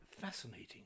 fascinating